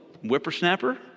whippersnapper